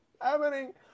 happening